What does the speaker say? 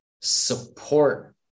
support